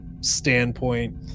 standpoint